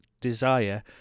desire